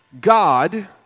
God